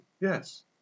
yes